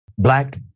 Black